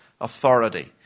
authority